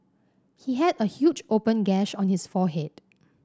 he had a huge open gash on his forehead